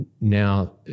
now